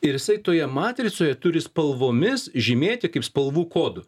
ir jisai toje matricoje turi spalvomis žymėti kaip spalvų kodu